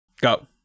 Go